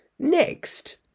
Next